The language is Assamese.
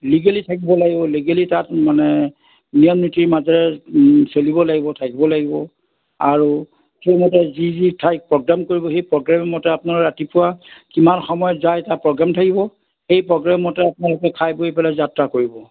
লিগেলি থাকিব লাগিব লিগেলি তাত মানে নিয়ম নীতিৰ মাজেৰে চলিব লাগিব থাকিব লাগিব আৰু যি যি ঠাই প্ৰগ্ৰাম কৰিব প্ৰগ্ৰেম মতে আপোনাক ৰাতিপুৱা কিমান সময়ত যায় এটা প্ৰগ্ৰেম থাকিব এই প্ৰগ্ৰেমতে আপোনালোকে খাই বৈ পেলাই যাত্ৰা কৰিব